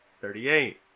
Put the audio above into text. thirty-eight